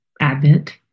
Advent